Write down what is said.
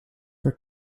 per